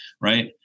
right